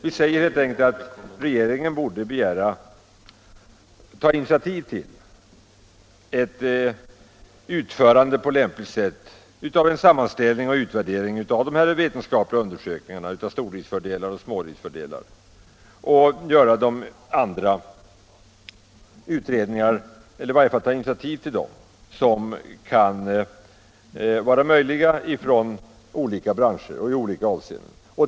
Vi säger också att regeringen borde ta initiativet till en sammanställning och en utvärdering av de vetenskapliga undersökningar som gjorts av stordriftens och smådriftens fördelar i olika branscher och i olika avseenden.